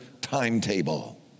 timetable